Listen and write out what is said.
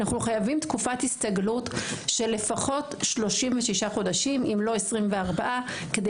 אנחנו חייבים תקופת הסתגלות של לפחות 36 חודשים אם לא 24 כדי